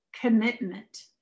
commitment